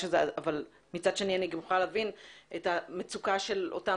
אבל מצד שני אני גם יכולה להבין את המצוקה של אותם